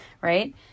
right